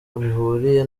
bihuriye